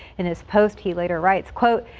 in his post he later writes quote,